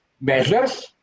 measures